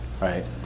right